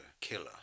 killer